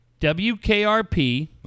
WKRP